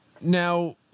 Now